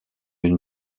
une